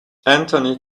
anthony